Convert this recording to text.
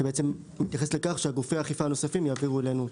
שמתייחסת לכך שגופי האכיפה הנוספים יעבירו אלינו דיווחים.